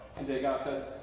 and degas says,